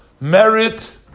merit